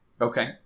Okay